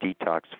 detox